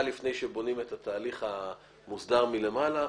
לפני שבונים את התהליך המוסדר מלמעלה.